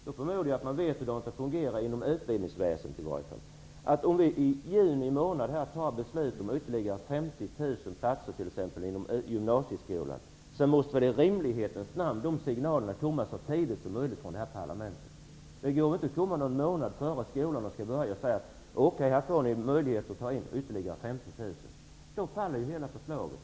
Då förmodar jag att hon vet hur det fungerar inom utbildningsväsendet, att om vi i juni fattar beslut om ytterligare 50 000 platser inom t.ex. gymnasieskolan, måste signalerna i rimlighetens namn komma så tidigt som möjligt från parlamentet. Det går inte att komma någon månad innan skolan skall börja och säga: Okej, ni får ytterligare 50 000 platser. Då faller ju hela förslaget.